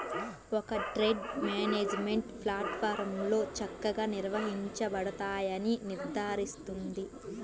ఒక trade management ప్లాట్ఫారమ్లో చక్కగా నిర్వహించబడతాయని నిర్ధారిస్తుంది